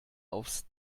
aufs